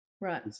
Right